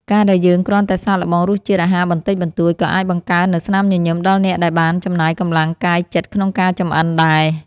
ការដែលយើងគ្រាន់តែសាកល្បងរសជាតិអាហារបន្តិចបន្តួច ក៏អាចបង្កើននូវស្នាមញញឹមដល់អ្នកដែលបានចំណាយកម្លាំងកាយចិត្តក្នុងការចម្អិនដែរ។